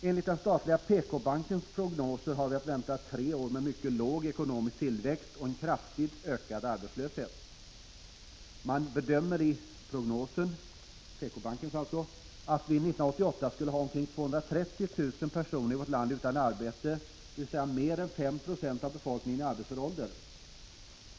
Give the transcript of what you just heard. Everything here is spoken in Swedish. Enligt den statliga PK-bankens prognoser har vi att vänta tre år med mycket låg ekonomisk tillväxt och en kraftigt ökad arbetslöshet. I PK bankens prognos görs bedömningen att vi i vårt land skulle ha omkring 230 000 personer utan arbete 1988, dvs. mer än 5 96 av befolkningen i arbetsför ålder.